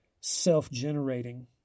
self-generating